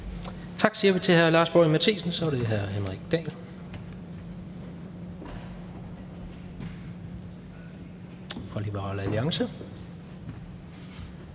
Tak siger vi til hr. Lars Boje Mathiesen. Så er det hr. Henrik Dahl